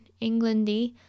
England-y